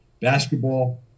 Basketball